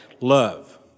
love